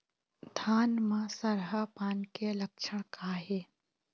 धान म सरहा पान के लक्षण का हे?